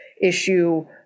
issue